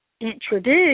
introduce